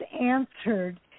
answered